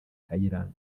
kayiranga